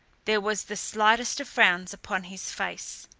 there was the slightest of frowns upon his face.